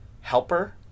helper